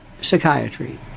psychiatry